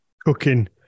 cooking